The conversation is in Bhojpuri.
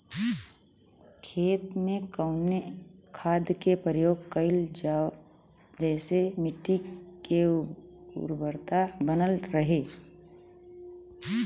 खेत में कवने खाद्य के प्रयोग कइल जाव जेसे मिट्टी के उर्वरता बनल रहे?